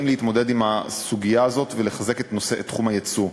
להתמודד עם הסוגיה הזאת ולחזק את תחום היצוא.